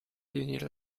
riunire